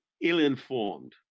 ill-informed